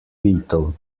beetle